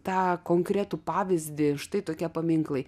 tą konkretų pavyzdį štai tokie paminklai